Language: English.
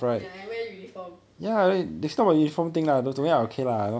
ya and wear uniform